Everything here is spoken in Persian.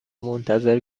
منتظر